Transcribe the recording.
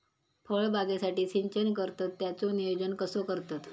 फळबागेसाठी सिंचन करतत त्याचो नियोजन कसो करतत?